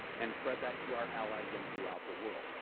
and spread that to our allies and throughout the world.